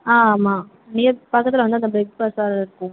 ஆ ஆமாம் நியர் பக்கத்தில் வந்து அந்த பிக் பஸார் இருக்கும்